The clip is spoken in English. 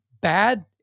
bad